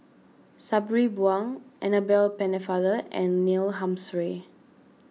Sabri Buang Annabel Pennefather and Neil Humphreys